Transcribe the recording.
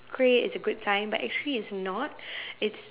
great it's a good time but actually it's not it's